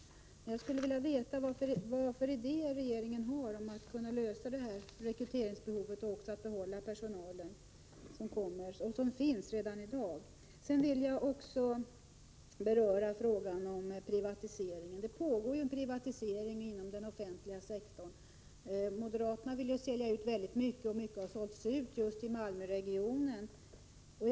Jag vill alltså veta vilka idéer regeringen har då det gäller att försöka täcka rekryteringsbehovet och lösa frågan hur man skall kunna behålla personalen. Det är problem som kommer, men de finns i viss utsträckning redan i dag. Låt mig också beröra frågan om privatiseringen. Det pågår ju en privatisering inom den offentliga sektorn. Moderaterna vill sälja ut väldigt mycket, och en hel del har redan sålts ut just i Malmöregionen.